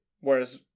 Whereas